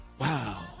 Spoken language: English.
Wow